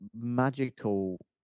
magical